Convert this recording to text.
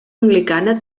anglicana